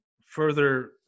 further